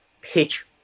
pitch